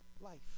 life